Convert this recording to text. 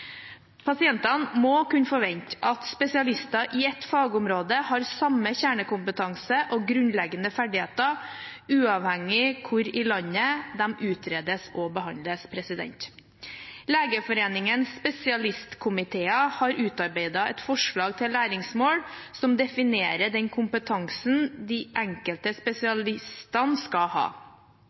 Pasientene må kunne forvente at spesialister i et fagområde har samme kjernekompetanse og grunnleggende ferdigheter uavhengig av hvor i landet pasientene utredes og behandles. Legeforeningens spesialistkomiteer har utarbeidet et forslag til læringsmål som definerer den kompetansen de enkelte spesialistene skal ha.